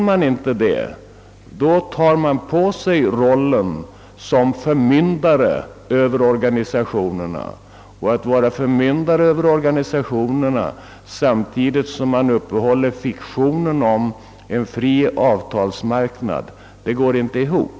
I annat fall tar vi på oss rollen som förmyndare över organisationerna, och då blir den fria avtalsmarknaden en fiktion.